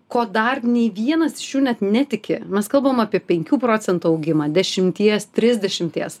ko dar nei vienas iš jų net netiki mes kalbam apie penkių procentų augimą dešimties trisdešimties